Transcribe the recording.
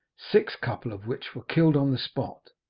six couple of which were killed on the spot.